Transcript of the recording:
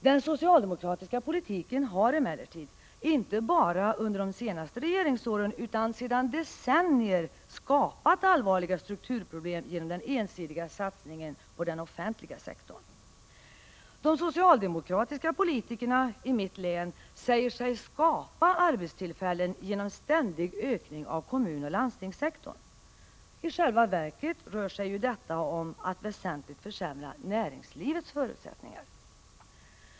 Den socialdemokratiska politiken har emellertid — inte bara under de senaste regeringsåren, utan sedan decennier — skapat allvarliga strukturproblem genom den ensidiga satsningen på den offentliga sektorn. De socialdemokratiska politikerna i mitt län säger sig ”skapa arbetstillfällen” genom en ständig ökning av kommunoch landstingssektorn. I själva verket rör det sig om att väsentligt försämra näringslivets förutsättningar.